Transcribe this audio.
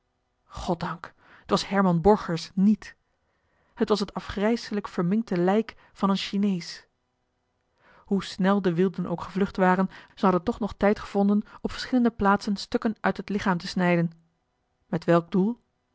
goddank t was herman borgers niet het was het afgrijselijk verminkte lijk van een chinees hoe snel de wilden ook gevlucht waren ze hadden toch nog tijd gevonden op verschillende plaatsen stukken uit het lichaam te snijden met welk doel